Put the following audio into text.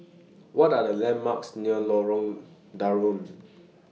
What Are The landmarks near Lorong Danau